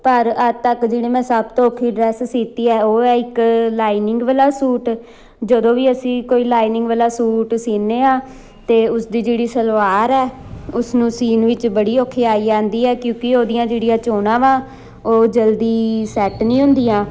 ਪਰ ਅੱਜ ਤੱਕ ਜਿਹੜੀ ਮੈਂ ਸਭ ਤੋਂ ਔਖੀ ਡਰੈਸ ਸੀਤੀ ਹੈ ਉਹ ਹੈ ਇੱਕ ਲਾਈਨਿੰਗ ਵਾਲਾ ਸੂਟ ਜਦੋਂ ਵੀ ਅਸੀਂ ਕੋਈ ਲਾਈਨਿੰਗ ਵਾਲਾ ਸੂਟ ਸੀਨੇ ਹਾਂ ਤਾਂ ਉਸਦੀ ਜਿਹੜੀ ਸਲਵਾਰ ਹੈ ਉਸਨੂੰ ਸੀਣ ਵਿੱਚ ਬੜੀ ਔਖਿਆਈ ਆਉਂਦੀ ਹੈ ਕਿਉਂਕਿ ਉਹਦੀਆਂ ਜਿਹੜੀਆਂ ਚੋਣਾਂ ਵਾ ਉਹ ਜਲਦੀ ਸੈਟ ਨਹੀਂ ਹੁੰਦੀਆਂ